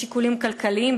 משיקולים כלכליים,